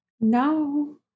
no